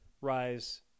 rise